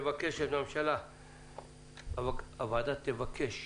הוועדה תבקש